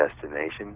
destination